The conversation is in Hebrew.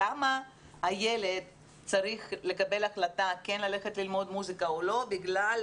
למה הילד צריך לקבל החלטה כן ללכת ללמוד מוסיקה או לא ללכת